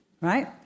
right